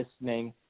listening